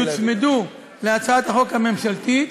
יוצמדו להצעת החוק הממשלתית,